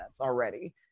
already